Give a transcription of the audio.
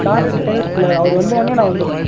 car driver இல்லை அவர் வந்தோடன்னே நான் வந்துடறேன்